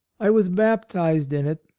i was baptized in it,